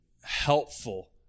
helpful